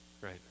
right